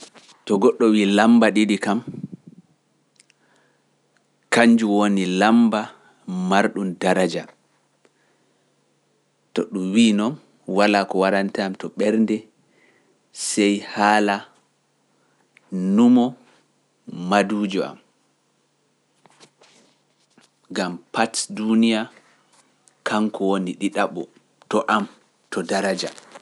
To goɗɗo wi lammba ɗiɗi kam, kanjum woni lammba marɗum daraja. To ɗum wiino walaa ko warante am to ɓernde sey haala nunmo maduujo am. Gam pats duuniya kanko woni ɗiɗaɓo to am to daraja.